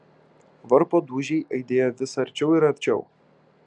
varpo dūžiai aidėjo vis arčiau ir arčiau